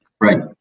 Right